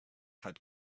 had